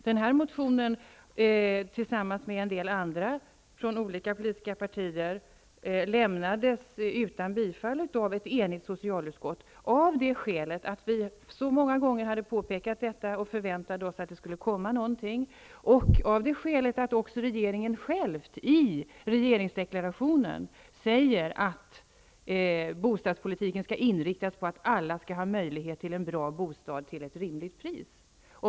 Den här motionen, tillsammans med en del andra motioner från olika politiska partier, avstyrktes av ett enigt socialutskott av det skälet att vi så många gånger hade påtalat problemet och därför förväntade oss att det skulle komma ett förslag och av det skälet att regeringen själv i regeringsdeklarationen säger att bostadspolitiken skall inriktas på att alla skall ha möjlighet till en bra bostad till ett rimligt pris.